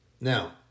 Now